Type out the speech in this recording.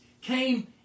came